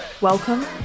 Welcome